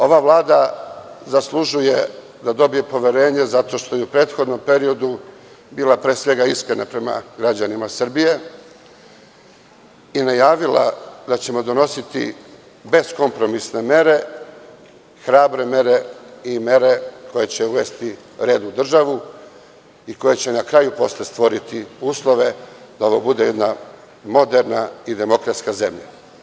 Ova vlada zaslužuje da dobije poverenje zato što je i u prethodnom periodu bila pre svega iskrena prema građanima Srbije i najavila da ćemo donositi beskompromisne mere, hrabre mere, i mere koje će uvesti red u državi, i koje će na kraju stvoriti uslove da ovo bude jedna moderna i demokratska zemlja.